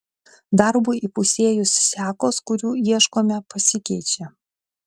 darbui įpusėjus sekos kurių ieškome pasikeičia